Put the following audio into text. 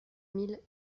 mille